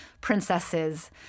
princesses